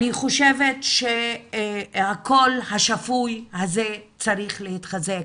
אני חושבת שהקול השפוי הזה צריך להתחזק.